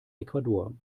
ecuador